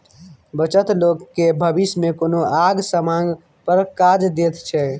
बचत लोक केँ भबिस मे कोनो आंग समांग पर काज दैत छै